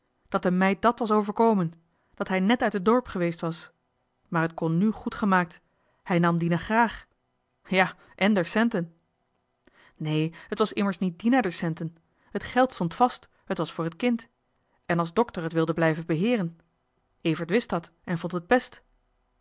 dat de meid dat was overkomen dat hij net uit het dorp geweest was maar het kon nu goed gemaakt hij nam dina graag ja en d'er centen neen het waren immers niet dina d'er centen het geld stond vast het was voor het kind en als dokter het wilde blijven beheeren evert wist dat en vond het best